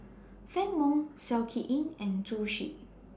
Fann Wong Seow Kin Yit and Zhu Xu